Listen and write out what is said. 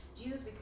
Jesus